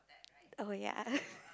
oh ya